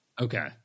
Okay